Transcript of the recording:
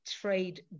trade